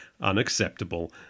unacceptable